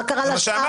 מה קרה לשאר.